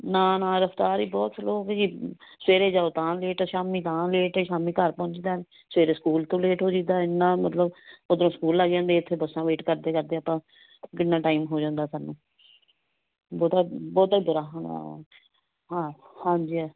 ਨਾ ਨਾ ਰਫਤਾਰ ਹੀ ਬਹੁਤ ਸਲੋਅ ਜੀ ਸਵੇਰੇ ਜਾਓ ਤਾਂ ਲੇਟ ਸ਼ਾਮੀ ਤਾਂ ਲੇਟ ਸ਼ਾਮੀ ਘਰ ਪਹੁੰਚੀ ਦਾ ਸਵੇਰੇ ਸਕੂਲ ਤੋਂ ਲੇਟ ਹੋਜੀ ਦਾ ਇੰਨਾਂ ਮਤਲਬ ਉੱਧਰੋਂਂ ਸਕੂਲ ਲੱਗ ਜਾਂਦੇ ਇੱਥੇ ਬੱਸਾਂ ਵੇਟ ਕਰਦੇ ਕਰਦੇ ਆਪਾਂ ਕਿੰਨਾ ਟਾਈਮ ਹੋ ਜਾਂਦਾ ਸਾਨੂੰ ਬਹੁਤਾ ਬਹੁਤਾ ਹੀ ਹਾਂ ਹਾਂਜੀ